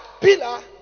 pillar